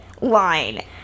line